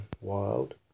wild